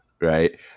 right